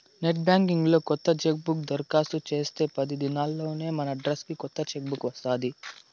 net banking లో కొత్త chequebook దరకాస్తు చేస్తే పది దినాల్లోనే మనడ్రస్కి కొత్త చెక్ బుక్ వస్తాది